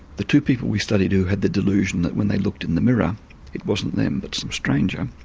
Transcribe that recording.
the two people we studied who had the delusion that when they looked in the mirror it wasn't them but some stranger,